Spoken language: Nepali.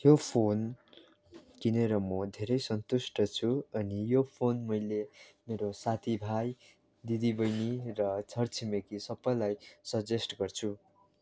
यो फोन किनेर म धेरै सन्तुष्ट छु अनि यो फोन मैले मेरो साथी भाइ दिदी बहिनी र छर छिमेकी सबैलाई सजेस्ट गर्छु